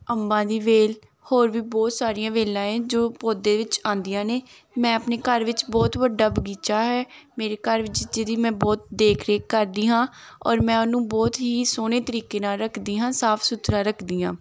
ਅੰਬਾ ਦੀ ਵੇਲ ਹੋਰ ਵੀ ਬਹੁਤ ਸਾਰੀਆਂ ਵੇਲਾਂ ਹੈ ਜੋ ਪੌਦੇ ਵਿੱਚ ਆਉਂਦੀਆਂ ਨੇ ਮੈਂ ਆਪਣੇ ਘਰ ਵਿੱਚ ਬਹੁਤ ਵੱਡਾ ਬਗੀਚਾ ਹੈ ਮੇਰੇ ਘਰ ਵਿੱਚ ਜਿਹਦੀ ਮੈਂ ਬਹੁਤ ਦੇਖ ਰੇਖ ਕਰਦੀ ਹਾਂ ਔਰ ਮੈਂ ਉਹਨੂੰ ਬਹੁਤ ਹੀ ਸੋਹਣੇ ਤਰੀਕੇ ਨਾਲ ਰੱਖਦੀ ਹਾਂ ਸਾਫ਼ ਸੁਥਰਾ ਰੱਖਦੀ ਹਾਂ